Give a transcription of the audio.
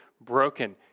Broken